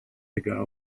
ago